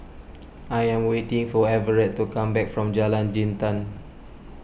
I am waiting for Everet to come back from Jalan Jintan